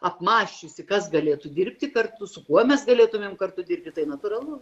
apmąsčiusi kas galėtų dirbti kartu su kuo mes galėtumėm kartu dirbti tai natūralu